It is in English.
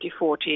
2040